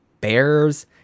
bears